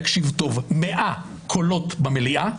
יקשיב טוב 100 קולות במליאה.